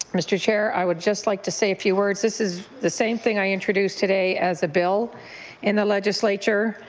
mr. chair i would just like to say a few words. this is the same thing i introduced today as a bill in the legislature,